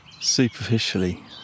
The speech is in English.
superficially